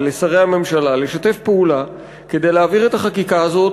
ולשרי הממשלה לשתף פעולה כדי להעביר את החקיקה הזאת,